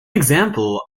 example